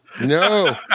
No